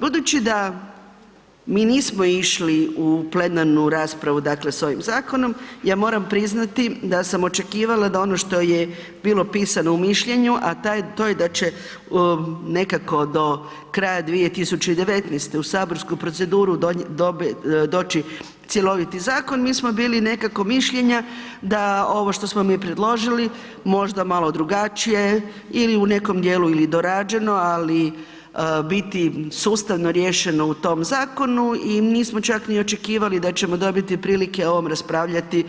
Budući da mi nismo išli u plenarnu raspravu dakle s ovim zakonom, ja moram priznati da sam očekivala da ono što je bilo pisano u mišljenju a to je da će nekako do kraja 2019. u saborsku proceduru doći cjeloviti zakon, mi smo bili nekako mišljenja da ovo što smo mi predložili, možda malo drugačije ili u nekom dijelu dorađeno ali, biti sustavno riješeno u tom zakonu i nismo čak ni očekivali da ćemo dobiti prilike o ovome raspravljati